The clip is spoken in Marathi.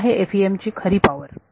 ही आहे FEM ची खरी पॉवर